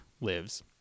lives